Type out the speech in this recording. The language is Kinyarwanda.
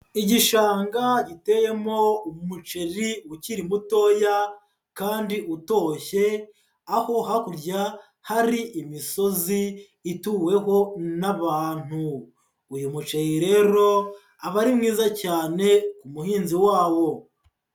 Igishanga giteyemo umuceri ukiri mutoya kandi utoshye aho hakurya hari imisozi ituweho n'abantu. Uyu muceri rero aba ari mwiza cyane ku muhinzi wawo.